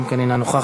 גם כן אינה נוכחת.